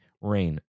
rain